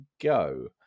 go